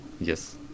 Yes